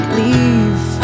leave